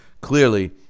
clearly